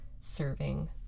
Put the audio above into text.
Serving